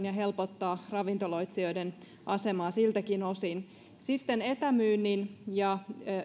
ja helpottaa ravintoloitsijoiden asemaa siltäkin osin etämyynnin ja